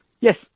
Yes